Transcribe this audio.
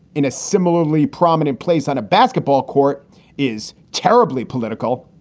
in a similarly prominent place on a basketball court is terribly political.